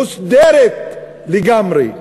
מוסדרת לגמרי.